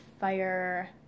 fire